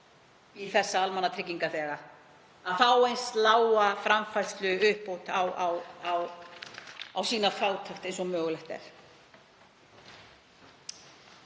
í þessa almannatryggingaþega að fá eins lága framfærsluuppbót á sína fátækt og mögulegt er.